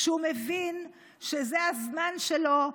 שהוא מבין שזה הזמן שלו,